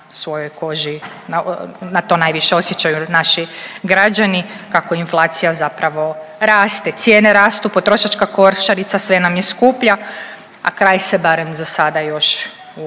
svojoj koži, to najviše osjećaju naši građani kako inflacija zapravo raste, cijene rastu, potrošačka košarica sve nam je skuplja, a kraj se barem za sada još u